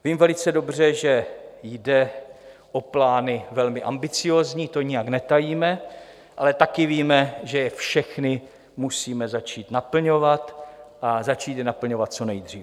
Vím velice dobře, že jde o plány velmi ambiciózní, to nijak netajíme, ale taky víme, že je všechny musíme začít naplňovat, a začít je naplňovat co nejdříve.